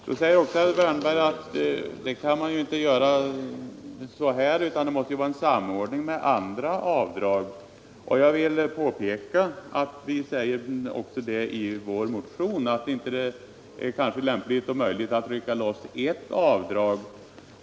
Då säger herr Wärnberg att det kan inte göras utan en samordning med andra avdrag. Jag vill påpeka att vi framhållit i vår motion att det kanske inte är möjligt att rycka loss ett avdrag.